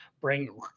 bring